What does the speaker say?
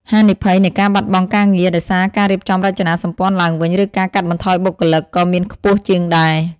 ហានិភ័យនៃការបាត់បង់ការងារដោយសារការរៀបចំរចនាសម្ព័ន្ធឡើងវិញ ឬការកាត់បន្ថយបុគ្គលិក ក៏មានខ្ពស់ជាងដែរ។